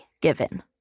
Given